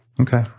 Okay